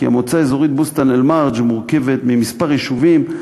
כי המועצה האזורית בוסתאן-אלמרג' מורכבת מכמה יישובים,